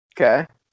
Okay